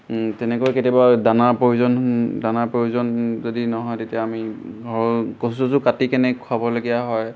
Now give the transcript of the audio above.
তেনেকৈ কেতিয়াবা দানাৰ প্ৰয়োজন দানাৰ প্ৰয়োজন যদি নহয় তেতিয়া আমি ঘৰৰ কচু চচু কাটি কেনে খুৱাবলগীয়া হয়